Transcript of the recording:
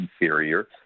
inferior